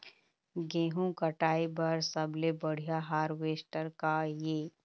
गेहूं कटाई बर सबले बढ़िया हारवेस्टर का ये?